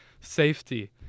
safety